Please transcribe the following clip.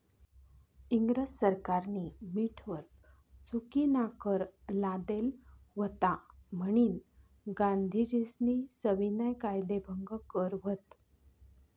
इंग्रज सरकारनी मीठवर चुकीनाकर लादेल व्हता म्हनीन गांधीजीस्नी सविनय कायदेभंग कर व्हत